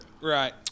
Right